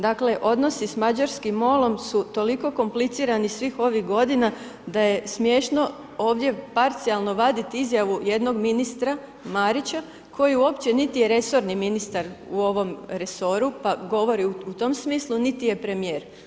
Dakle odnosi sa mađarskim MOL-om su toliko komplicirani svih ovih godina da je smiješno ovdje parcijalno vaditi izjavu jednog ministra Marića koji uopće niti je resorni ministar u ovom resoru pa govori u tom smislu niti je premijer.